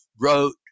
wrote